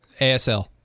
ASL